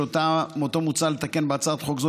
שאותו מוצע לתקן בהצעת חוק זו,